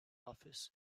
office